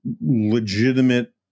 legitimate